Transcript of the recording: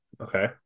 Okay